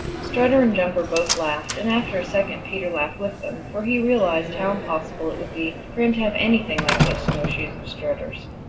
strutter and jumper both laughed and after a second peter laughed with them, for he realized how impossible it would be for him to have anything like those snowshoes of strutter's.